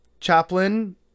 chaplain